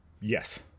Yes